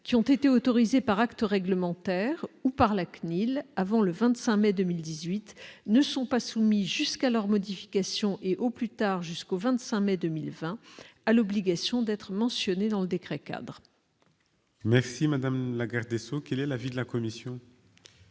qui ont été autorisés par acte réglementaire ou par la CNIL avant le 25 mai 2018 ne sont pas soumis jusqu'à leur modification, et au plus tard jusqu'au 25 mai 2020, à l'obligation d'être mentionnés dans le décret-cadre. Quel est l'avis de la commission ?